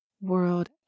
world